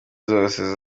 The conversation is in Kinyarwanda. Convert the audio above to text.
zose